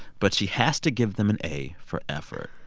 but she has to give them an a for effort